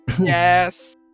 yes